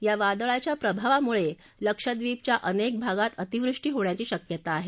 या वादळाच्या प्रभावामुळे लक्षहीपच्या अनेक भागात अतिवृष्टी होण्याची शक्यता आहे